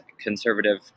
conservative